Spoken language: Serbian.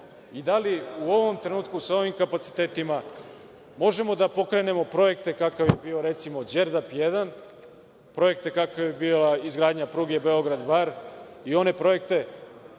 i da li u ovom trenutku, sa ovim kapacitetima, možemo da pokrenemo projekte kakav je bio, recimo, „Đerdap 1“, projekte kakav je bila izgradnja pruge Beograd-Bar i one projekte